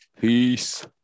Peace